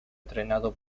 estrenado